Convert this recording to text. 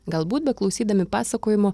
galbūt beklausydami pasakojimo